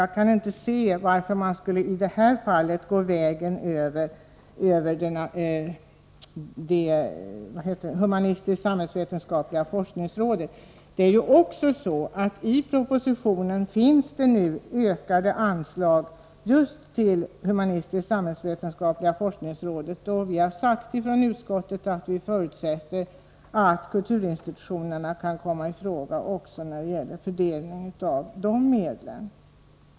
Jag kan inte förstå varför man i detta fall skulle gå vägen över humanistisk-samhällsvetenskapliga forskningsrådet. I propositionen föreslås ju ökade anslag just till humanistisk-samhällsvetenskapliga forskningsrådet, och vi säger från utskottets sida att vi förutsätter att kulturinstitutionerna kan komma i fråga också när det gäller fördelningen av dessa medel.